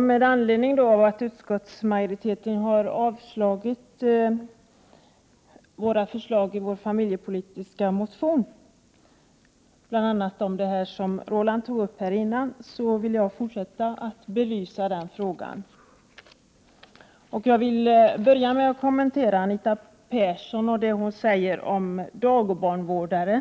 Med anledning av att utskottsmajoriteten har avslagit förslagen i vår familjepolitiska motion — bl.a. när det gäller det som Roland Larsson tog upp här tidigare — vill jag fortsätta att belysa den frågan. Jag vill börja med att kommentera det som Anita Persson sade om dagbarnvårdarna.